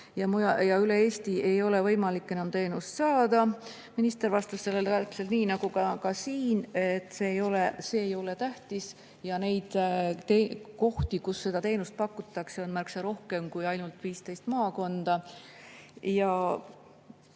üle Eesti ei ole võimalik enam teenust saada. Minister vastas sellele täpselt nii nagu ka siin, et see ei ole tähtis ja neid kohti, kus seda teenust pakutakse, on märksa rohkem kui ainult 15 maakonna[keskust].